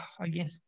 again